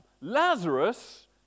Lazarus